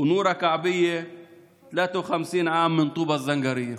נורה כעבייה, 53, טובא-זנגרייה.